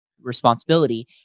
responsibility